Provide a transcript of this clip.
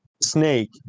snake